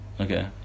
okay